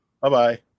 Bye-bye